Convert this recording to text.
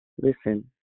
listen